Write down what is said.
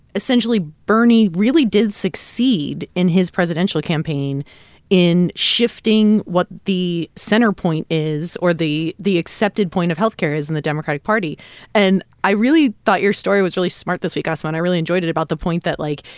essentially, bernie really did succeed in his presidential campaign in shifting what the center point is or the the accepted point of health care is in the democratic party. and i really thought your story was really smart this week, asma, and i really enjoyed it about the point that, like,